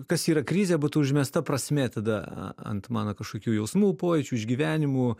kas yra krizė būtų užmesta prasmė tada a ant mano kažkokių jausmų pojūčių išgyvenimų